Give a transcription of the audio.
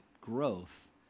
growth